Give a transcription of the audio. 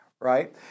right